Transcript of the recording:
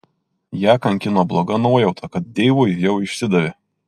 ją kankino bloga nuojauta kad deivui jau išsidavė